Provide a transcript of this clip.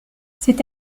c’est